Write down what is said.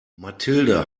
mathilde